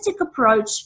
approach